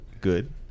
Good